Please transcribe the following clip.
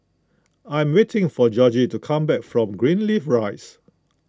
I am waiting for Georgie to come back from Greenleaf Rise